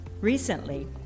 Recently